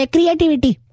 Creativity